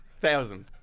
Thousand